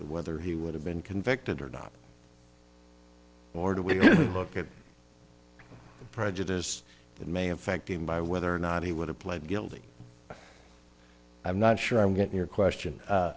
whether he would have been convicted or not or do we look at the prejudice that may affect him by whether or not he would have pled guilty i'm not sure i'm getting your question